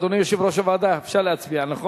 אדוני יושב-ראש הוועדה, אפשר להצביע, נכון?